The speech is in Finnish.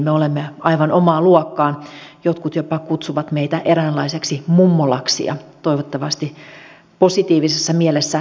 me olemme aivan omaa luokkaamme jotkut jopa kutsuvat meitä eräänlaiseksi mummolaksi ja toivottavasti positiivisessa mielessä säilymmekin sellaisena